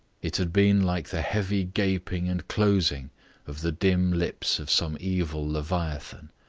it had been like the heavy gaping and closing of the dim lips of some evil leviathan.